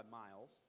miles